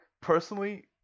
personally